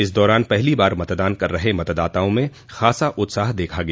इस दौरान पहली बार मतदान कर रहे मतदाताओं में खासा उत्साह देखा गया